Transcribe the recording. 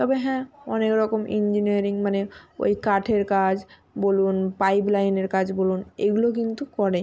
তবে হ্যাঁ অনেক রকম ইঞ্জিনিয়ারিং মানে ওই কাঠের কাজ বলুন লাইপ লাইনের কাজ বলুন এইগুলো কিন্তু করে